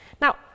Now